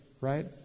right